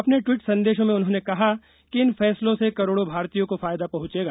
अपने टवीट संदेशों में उन्होंने कहा कि इन फैसलों से करोड़ो भारतीयो को फायदा पहुंचेगा